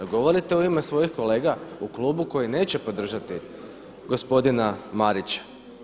Govorite u ime svojih kolega u klubu koji neće podržati gospodina Marića?